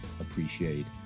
appreciate